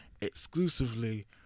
exclusively